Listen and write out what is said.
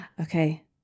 Okay